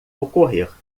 ocorrer